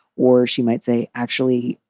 or she might say, actually,